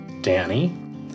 Danny